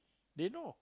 they know